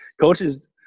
coaches